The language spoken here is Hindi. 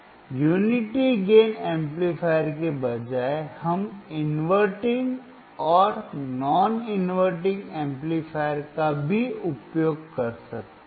एकता लाभ एम्पलीफायर के बजाय हम इनवर्टिंग और गैर इनवर्टिंग एम्पलीफायर का भी उपयोग कर सकते हैं